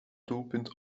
doelpunt